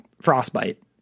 frostbite